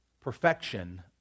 perfection